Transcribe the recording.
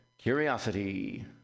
Curiosity